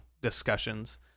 discussions